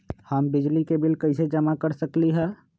हम बिजली के बिल कईसे जमा कर सकली ह?